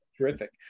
Terrific